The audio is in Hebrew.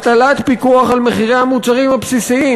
הטלת פיקוח על מחירי המוצרים הבסיסיים.